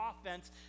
offense